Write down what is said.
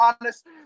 honest